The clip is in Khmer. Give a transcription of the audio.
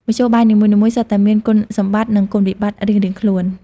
មធ្យោបាយនីមួយៗសុទ្ធតែមានគុណសម្បត្តិ និងគុណវិបត្តិរៀងៗខ្លួន។